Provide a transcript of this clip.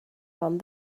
found